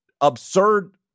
absurd